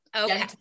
okay